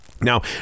Now